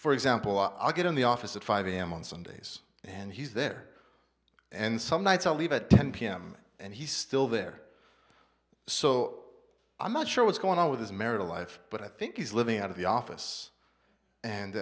for example i'll get in the office at five am on sundays and he's there and some nights i leave at ten p m and he's still there so i'm not sure what's going on with his marital life but i think he's living out of the office and